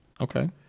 okay